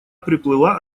приплыла